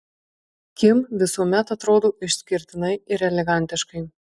kim visuomet atrodo išskirtinai ir elegantiškai